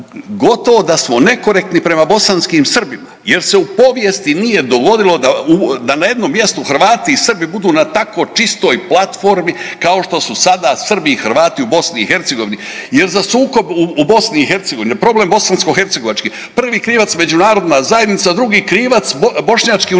gotovo da smo nekorektni prema bosanskim Srbima jer se u povijesti nije dogodilo da na jednom mjestu Hrvati i Srbi budu na tako čistoj platformi kao što su sada Srbi i Hrvati u Bosni i Hercegovini. Jer za sukob u Bosni i Hercegovini, problem bosansko-hercegovački prvi krivac međunarodna zajednica. Drugi krivac bošnjački unitarizam.